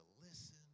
listen